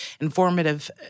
informative